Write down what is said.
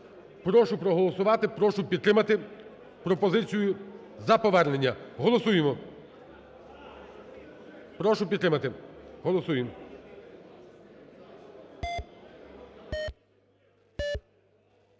Прошу проголосувати. Прошу підтримати пропозицію за повернення. Голосуємо. Прошу підтримати. Голосуємо.